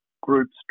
groups